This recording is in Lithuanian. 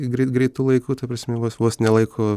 greit greitu laiku ta prasme vos vos nelaiko